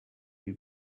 die